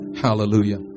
Hallelujah